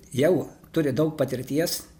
jau turi daug patirties